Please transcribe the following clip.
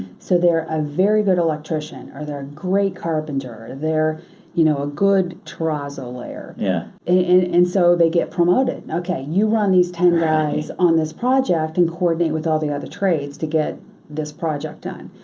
so they're a very good electrician or they're a great carpenter, or they're you know a good trosil layer, yeah and and so they get promoted. okay, you run these ten guys on this project and coordinate with all the other trades to get this project done.